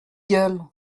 gueule